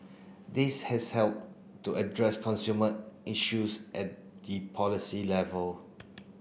these has helped to address consumer issues at the policy level